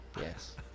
yes